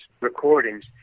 recordings